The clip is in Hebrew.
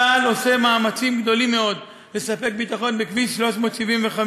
צה"ל עושה מאמצים גדולים מאוד לספק ביטחון בכביש 375,